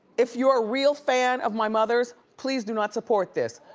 if you're a real fan of my mother's, please do not support this.